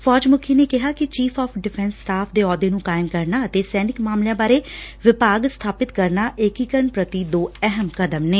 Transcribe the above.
ਫੌਜ ਮੁੱਖੀ ਨੇ ਕਿਹਾ ਕਿ ਚੀਫ਼ ਆਫ਼ ਡਿਫੈ'ਸ ਸਟਾਫ ਦੇ ਅਹੁੱਦੇ ਨੂੰ ਕਾਇਮ ਕਰਨਾ ਅਤੇ ਸੈਨਿਕ ਮਾਮਲਿਆਂ ਬਾਰੇ ਵਿਭਾਗ ਸਬਾਪਿਤ ਕਰਨਾ ਏਕੀਕਰਨ ਪ੍ਰਤੀ ਦੋ ਅਹਿਮ ਕਦਮ ਨੇ